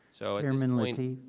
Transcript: so chairman lateef?